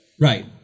Right